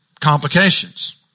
complications